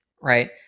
right